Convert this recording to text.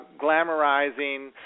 glamorizing